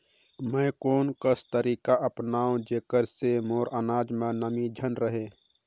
मैं कोन कस तरीका अपनाओं जेकर से मोर अनाज म नमी झन रहे?